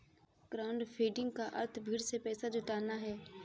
crowdfunding का अर्थ भीड़ से पैसा जुटाना है